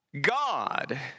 God